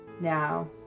Now